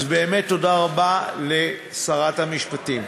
אז באמת תודה רבה לשרת המשפטים.